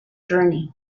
journey